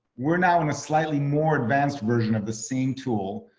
we're now in a slightly more advanced version of the same tool.